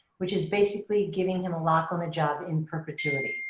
which is basically giving him a lock on the job in perpetuity.